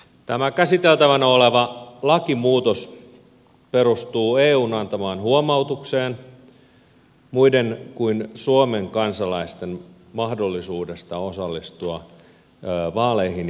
tämä käsiteltävänä oleva lakimuutos perustuu eun antamaan huomautukseen muiden kuin suomen kansalaisten mahdollisuudesta osallistua vaaleihin ja politiikkaan